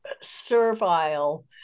servile